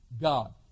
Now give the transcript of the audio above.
god